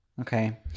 okay